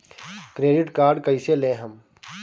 Credit card कईसे लेहम?